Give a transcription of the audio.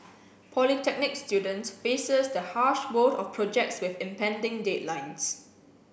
polytechnic student faces the harsh world of projects with impending deadlines